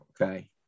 Okay